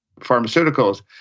pharmaceuticals